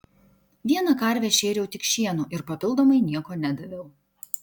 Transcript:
vieną karvę šėriau tik šienu ir papildomai nieko nedaviau